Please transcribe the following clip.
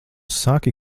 saki